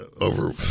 over